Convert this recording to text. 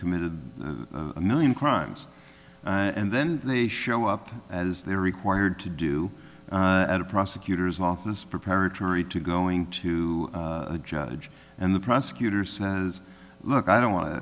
committed a million crimes and then they show up as they're required to do at a prosecutor's office preparatory to going to a judge and the prosecutor says look i don't wan